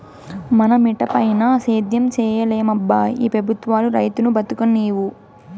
మన మిటపైన సేద్యం సేయలేమబ్బా ఈ పెబుత్వాలు రైతును బతుకనీవు